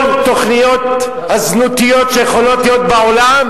כל התוכניות הזנותיות שיכולות להיות בעולם,